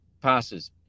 passes